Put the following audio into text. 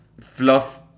fluff